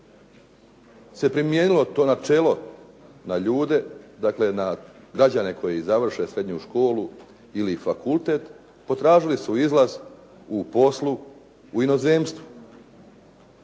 se primijenilo to načelo na ljude, dakle na građane koji završe srednju školu ili fakultet potražili su izlaz u poslu i inozemstvu.